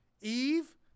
Eve